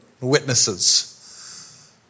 Witnesses